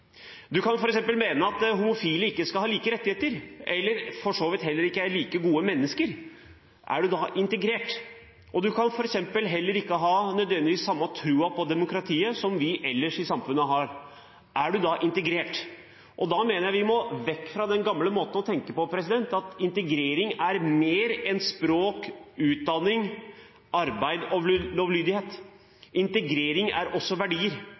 kan f.eks. mene at homofile ikke skal ha samme rettigheter som andre, eller for så vidt ikke er like gode mennesker. Er man da integrert? Og om man f.eks. ikke har samme tro på demokratiet som vi har ellers i samfunnet – er man da integrert? Jeg mener vi må vekk fra den gamle måten å tenke på. Integrering er mer enn språk, utdanning, arbeid og lovlydighet. Integrering er også verdier.